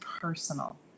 personal